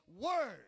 word